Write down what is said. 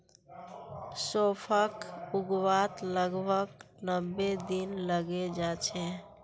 सौंफक उगवात लगभग नब्बे दिन लगे जाच्छे